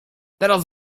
teraz